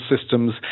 systems